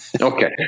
Okay